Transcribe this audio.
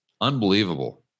Unbelievable